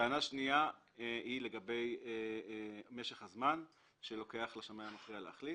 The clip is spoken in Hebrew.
טענה שנייה היא לגבי משך הזמן שלוקח לשמאי המכריע להחליט.